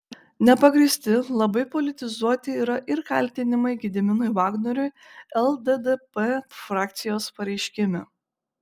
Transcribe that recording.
nepagrįsti labai politizuoti yra ir kaltinimai gediminui vagnoriui lddp frakcijos pareiškime